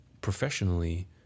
professionally